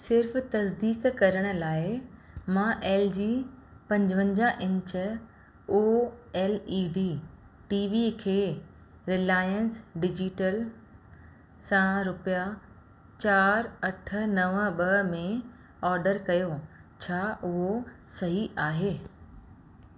सिर्फ़ु तसदीक करण लाइ मां एल जी पंजवंजाह इंच ओ L E D T V खे रिलायंस डिजिटल सां रुपिया चारि अठ नव ॿ में ऑडर कयो छा उहो सही आहे